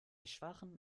schwachem